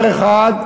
מספר אחת,